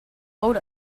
load